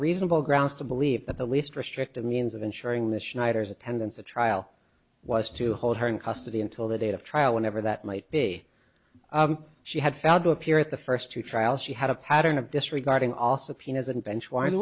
reasonable grounds to believe that the least restrictive means of ensuring the schneiders attendance a trial was to hold her in custody until the date of trial whenever that might be she had failed to appear at the first two trial she had a pattern of disregarding also pain as an bench w